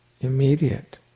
immediate